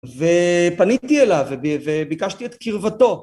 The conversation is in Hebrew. ופניתי אליו וביקשתי את קרבתו.